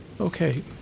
Okay